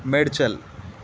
Medchal